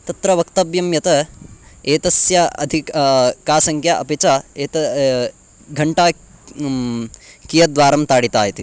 तत्र वक्तव्यं यत् एतस्य अधिका का सङ्ख्या अपि च एत घण्टा कियद्वारं ताडिता इति